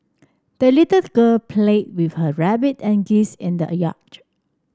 the little girl played with her rabbit and geese in the yard